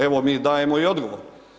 Evo mi dajemo i odgovor.